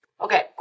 Okay